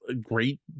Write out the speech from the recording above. great